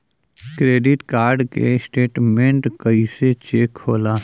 Credit card के statement कइसे check होला?